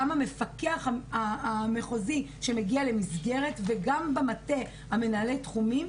גם המפקח המחוזי שמגיע למסגרת וגם במטה מנהלי התחומים,